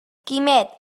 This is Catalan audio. quimet